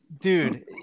dude